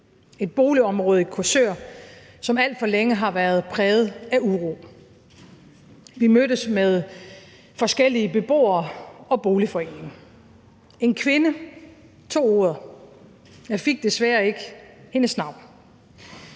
et boligområde i Korsør, som alt for længe har været præget af uro. Vi mødtes med forskellige beboere og med boligforeningen. En kvinde tog ordet, og jeg fik desværre ikke hendes navn.